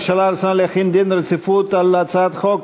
התשע"ד 2013. הצעת חוק